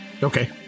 Okay